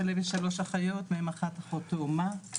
לשלו יש שלוש אחיות מהם אחת אחות תאומה,